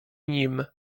nim